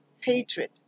Hatred